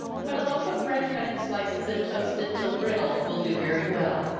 but a loaf of bread cut in slices, and toasted till brittle, will do very well.